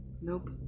Nope